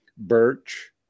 Birch